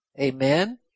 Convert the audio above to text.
amen